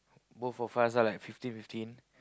both of us lah like fifteen fifteen